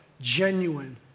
genuine